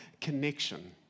connection